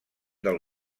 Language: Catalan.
del